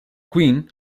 queen